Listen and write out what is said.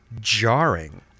jarring